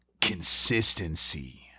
consistency